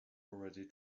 already